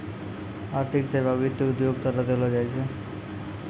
आर्थिक सेबा वित्त उद्योगो द्वारा देलो जाय छै